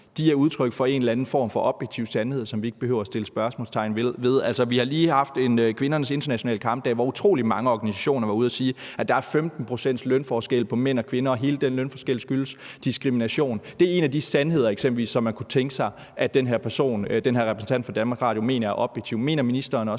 er udtryk for en eller anden form for objektiv sandhed, som vi ikke behøver at sætte spørgsmålstegn ved. Altså, vi har lige haft en kvindernes internationale kampdag, hvor utrolig mange organisationer var ude at sige, at der er 15 pct.s lønforskel mellem mænd og kvinder, og at hele den lønforskel skyldes diskrimination. Det er en af de sandheder, eksempelvis, som man kunne tænke sig at den her person, den her repræsentant for DR, mener er objektiv. Mener ministeren også